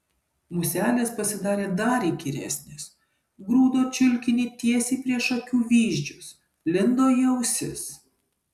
muselės pasidarė dar įkyresnės grūdo čiulkinį tiesiai prieš akių vyzdžius lindo į ausis